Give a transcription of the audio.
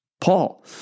Paul